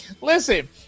Listen